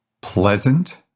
Pleasant